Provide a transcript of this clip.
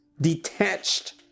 detached